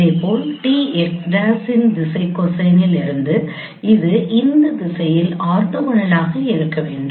இதேபோல் dx' இன் திசை கோசைனில் இருந்து இது இந்த திசையில் ஆர்த்தோகனலாக இருக்க வேண்டும்